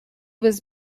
was